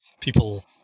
people